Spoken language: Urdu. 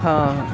تھا